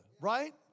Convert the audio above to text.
Right